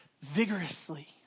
vigorously